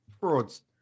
frauds